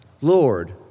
Lord